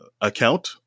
account